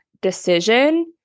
decision